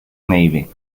navy